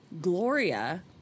Gloria